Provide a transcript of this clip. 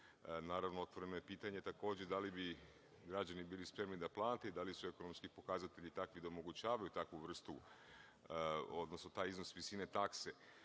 Naravno, otvoreno je pitanje takođe da li bi građani bili spremni da plate, da li su ekonomski pokazatelji takvi da omogućavaju taj iznos visine takse.